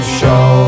show